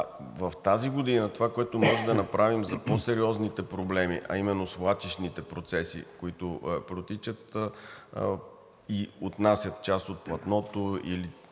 В тази година това, което можем да направим за по-сериозните проблеми, а именно свлачищните процеси, които протичат и отнасят част от платното или